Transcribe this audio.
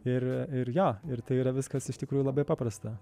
ir ir jo ir tai yra viskas iš tikrųjų labai paprasta